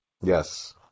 Yes